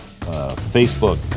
Facebook